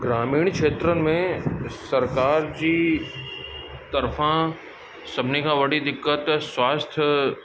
ग्रामीण खेत्र में सरकारि जी तरफ़ां सभिनी खां वॾी दिक़त स्वास्थ्य